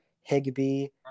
Higby